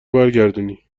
برگردونی